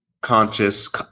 conscious